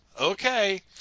Okay